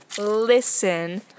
listen